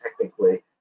technically